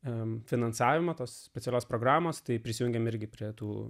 m finansavimą tos specialios programos tai prisijungėme irgi prie tų